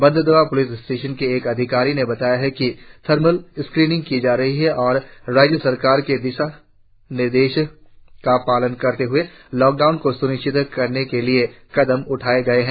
Banderdewa police station के एक अधिकारी ने बताया कि थरमल स्क्रिनिंग की जा रही है और राज्य सरकार के दिशा निर्देशों का पालन करते हए लॉकडाउन को सुनिश्चित करने के लिए कदम उठाये गये है